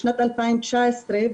בשנת 2019,